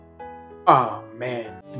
Amen